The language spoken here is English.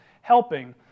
helping